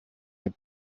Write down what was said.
your